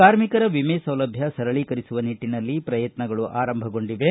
ಕಾರ್ಮಿಕರ ವಿಮೆ ಸೌಲಭ್ಯ ಸರಳೀಕರಿಸುವ ನಿಟ್ಟನಲ್ಲಿ ಪ್ರಯತ್ನಗಳು ಆರಂಭಗೊಂಡಿವೆ